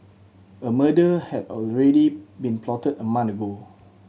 a murder had already been plotted a month ago